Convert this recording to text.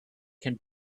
can